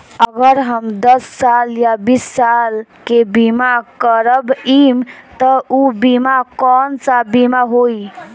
अगर हम दस साल या बिस साल के बिमा करबइम त ऊ बिमा कौन सा बिमा होई?